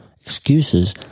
Excuses